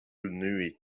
knew